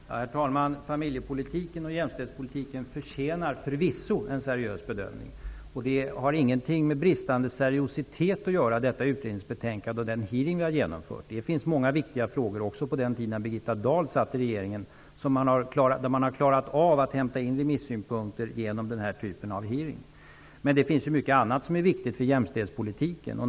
Herr talman! Familjepolitiken och jämställdhetspolitiken förtjänar förvisso en seriös bedömning. Det utredningsbetänkande vi har lagt fram och den hearing vi har genomfört har ingenting med bristande seriositet att göra. Det finns många viktiga frågor -- också från den tid när Birgitta Dahl satt i regeringen -- där man klarat av att hämta in remissynpunkter genom denna typ av hearing. Det finns mycket annat som är viktigt för jämställdhetspolitiken.